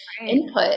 input